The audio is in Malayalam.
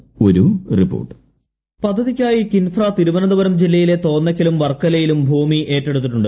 വോയ്സ് പദ്ധതിയ്ക്കായി കിൻഫ്ര തിരുവനന്തപുരം ജില്ലയിലെ തോന്നയ്ക്കലും വർക്കലയിലും ഭൂമി ഏറ്റെടുത്തിട്ടുണ്ട്